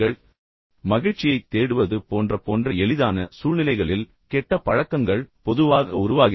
எனவே மகிழ்ச்சியைத் தேடுவது போன்ற போன்ற எளிதான சூழ்நிலைகளில் கெட்ட பழக்கங்கள் பொதுவாக உருவாகின்றன